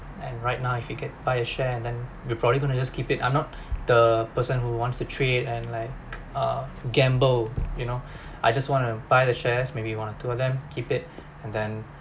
and right now if you could buy a share and then you probably going to just keep it I'm not the person who wants to trade and like uh gamble you know I just want to buy the shares maybe one or two of them keep it and then